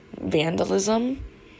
vandalism